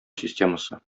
системасы